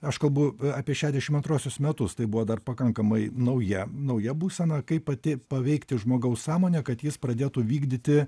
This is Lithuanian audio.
aš kalbu apie šešdešim antruosius metus tai buvo dar pakankamai nauja nauja būsena kai pati paveikti žmogaus sąmonę kad jis pradėtų vykdyti